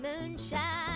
moonshine